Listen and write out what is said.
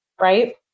right